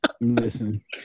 Listen